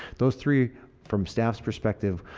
those three from staff's perspective